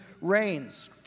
reigns